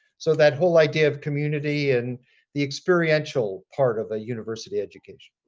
so that whole idea of community and the experiential part of a university education.